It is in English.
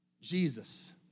Jesus